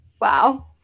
Wow